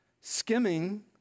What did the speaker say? Skimming